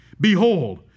Behold